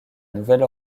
nouvelle